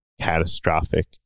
catastrophic